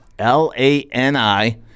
L-A-N-I